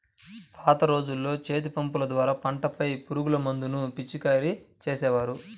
పాత రోజుల్లో చేతిపంపుల ద్వారా పంటలపై పురుగుమందులను పిచికారీ చేసేవారు